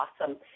awesome